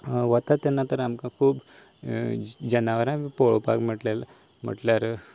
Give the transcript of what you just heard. वता तेन्ना तर आमकां खूब जनावरां पळोवपाक म्हणल्यार